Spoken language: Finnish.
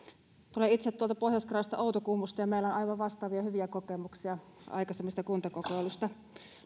tulen itse tuolta pohjois karjalasta outokummusta ja meillä on aivan vastaavia hyviä kokemuksia aikaisemmista kuntakokeiluista